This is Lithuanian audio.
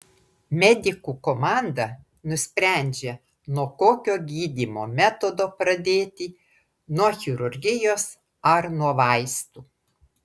medikų komanda nusprendžia nuo kokio gydymo metodo pradėti nuo chirurgijos ar nuo vaistų